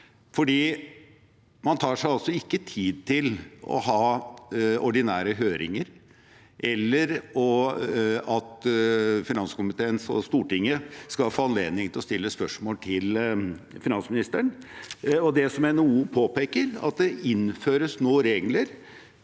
Man tar seg altså ikke tid til å ha ordinære høringer eller til at finanskomiteen og Stortinget skal få anledning til å stille spørsmål til finansministeren. Det NHO påpeker, er at det nå innføres regler